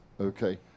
Okay